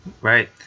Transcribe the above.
Right